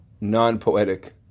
non-poetic